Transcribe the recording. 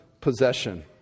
possession